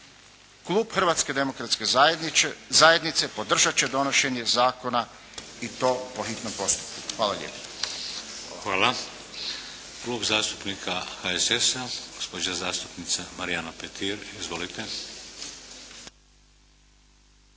Klub Hrvatske demokratske zajednice podržat će donošenje zakona i to po hitnom postupku. Hvala lijepa. **Šeks, Vladimir (HDZ)** Hvala. Klub zastupnika HSS-a, gospođa zastupnica Marijana Petir. Izvolite.